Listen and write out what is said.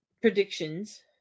predictions